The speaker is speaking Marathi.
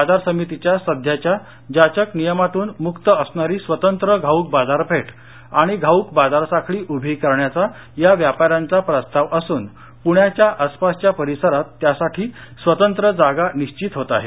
बाजार समितीच्यासध्याच्या जाचक नियमातून मुक्त असणारी स्वतंत्र घाऊक बाजारपेठ आणि घाऊक बाजारसाखळी उभी करण्याचा या व्यापाऱ्यांचा प्रस्ताव असून पुण्याच्या आसपासच्या परिसरात त्यासाठीस्वतंत्र जागा निश्वित होत आहे